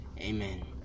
amen